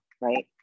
right